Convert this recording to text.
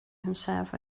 himself